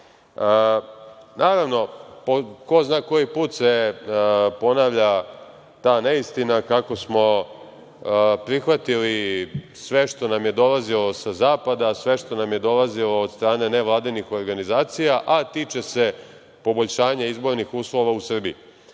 po ko zna koji put se ponavlja ta neistina kako smo prihvatili sve što nam je dolazilo sa zapada, sve što nam je dolazilo od strane nevladinih organizacija, a tiče se poboljšanja izbornih uslova u Srbiji.